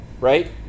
right